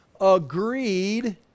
agreed